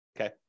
okay